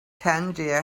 tangier